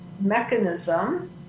mechanism